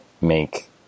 make